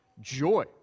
joy